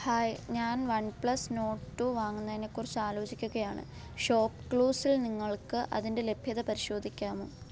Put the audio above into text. hi ഞാൻ OnePlus Nord two വാങ്ങുന്നതിനെക്കുറിച്ച് ആലോചിക്കുകയാണ് ഷോപ്പ് ക്ലൂസിൽ നിങ്ങൾക്ക് അതിന്റെ ലഭ്യത പരിശോധിക്കാമോ